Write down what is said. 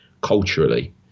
culturally